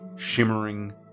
shimmering